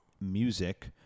Music